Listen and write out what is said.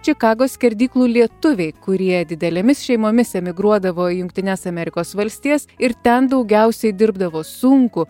čikagos skerdyklų lietuviai kurie didelėmis šeimomis emigruodavo į jungtines amerikos valstijas ir ten daugiausiai dirbdavo sunkų